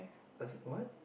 as what